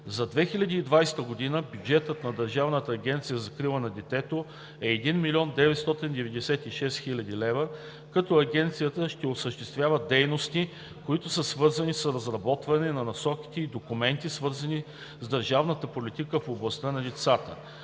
За 2020 г. бюджетът на Държавната агенция за закрила на детето е 1 млн. 996 хил. лв., като Агенцията ще осъществява дейности, които са свързани с разработване на насоки и документи, свързани с държавната политика в областта на децата.